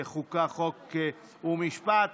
החוקה, חוק ומשפט.